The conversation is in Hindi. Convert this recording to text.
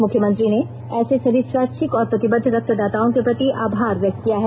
मुख्यमंत्री ने ऐसे सभी स्वैच्छिक और प्रतिबद्ध रक्तदाताओं के प्रति आभार व्यक्त किया है